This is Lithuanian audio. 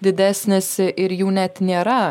didesnis ir jų net nėra